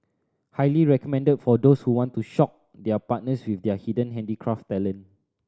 highly recommended for those who want to shock their partners with their hidden handicraft talent